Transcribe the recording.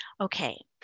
Okay